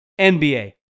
NBA